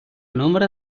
nombre